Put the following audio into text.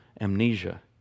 amnesia